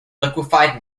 liquefied